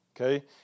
Okay